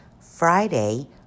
Friday